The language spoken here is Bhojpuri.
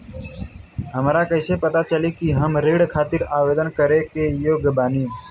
हमरा कईसे पता चली कि हम ऋण खातिर आवेदन करे के योग्य बानी?